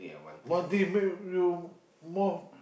one thing make you more